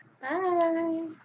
Bye